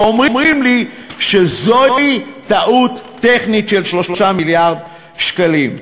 ואומרים לי שזוהי טעות טכנית של 3 מיליארד שקלים.